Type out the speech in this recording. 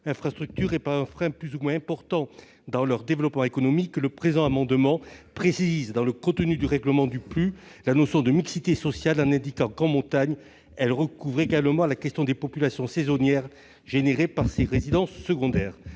infrastructures, et par un frein plus ou moins important dans leur développement économique, le présent amendement tend à préciser, dans le contenu du règlement du PLU, la notion de mixité sociale, en indiquant qu'en montagne elle recouvre également la question des populations saisonnières engendrées par les résidences secondaires.